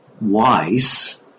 wise